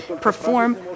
perform